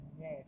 Yes